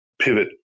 pivot